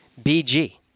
BG